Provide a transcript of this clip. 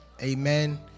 amen